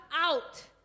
out